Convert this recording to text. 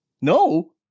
No